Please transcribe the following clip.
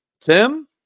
Tim